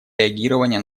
реагирования